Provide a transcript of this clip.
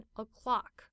o'clock，